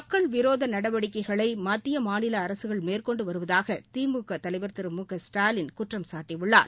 மக்கள் விரோத நடவடிக்கைகளை மத்திய மாநில அரசுகள் மேற்கொண்டு வருவதாக திமுக தலைவர் திரு மு க ஸ்டாலின் குற்றம்சாட்டியுள்ளார்